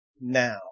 now